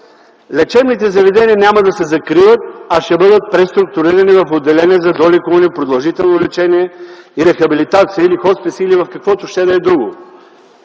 лечебните заведения няма да се закриват, а ще бъдат преструктурирани в отделения за долекуване, продължително лечение и рехабилитация, или хоспис, или в каквото ще да е друго.